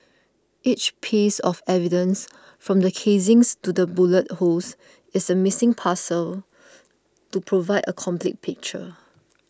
each piece of evidence from the casings to the bullet holes is a missing puzzle to provide a complete picture